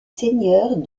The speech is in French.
seigneurs